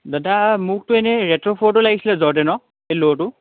দাদা মোকতো এনেই ৰেট্ৰ' ফ'ৰটো লাগিছিলে জৰ্ডেনৰ এই ল'টো